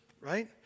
right